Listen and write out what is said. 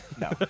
No